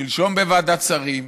שלשום בוועדת שרים,